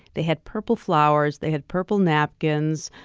they had purple flowers, they had purple napkins,